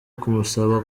kumusaba